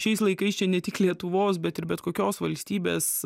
šiais laikais čia ne tik lietuvos bet ir bet kokios valstybės